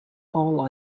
all